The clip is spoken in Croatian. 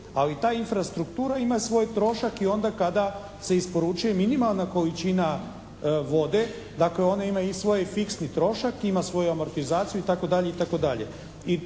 Ali ta infrastruktura ima svoj trošak i onda kada se isporučuje minimalna količina vode. Dakle ona ima i svoj fiksni trošak, ima svoju amortizaciju i